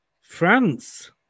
France